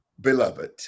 beloved